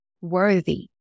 worthy